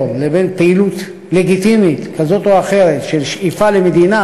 לבין פעילות לגיטימית כזאת או אחרת של שאיפה למדינה,